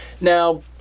now